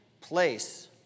place